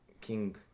King